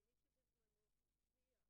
למיטב הבנתי,